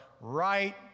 right